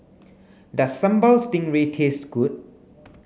does sambal stingray taste good